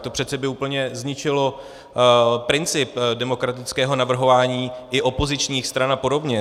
To by přece úplně zničilo princip demokratického navrhování i opozičních stran a podobně.